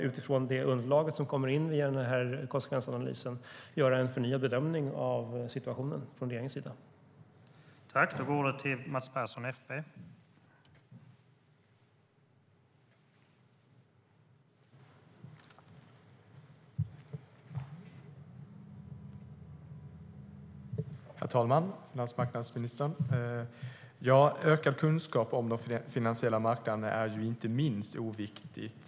Utifrån det underlag som kommer in via konsekvensanalysen får vi i regeringen göra en förnyad bedömning av situationen.